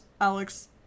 Alex